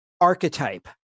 archetype